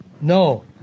No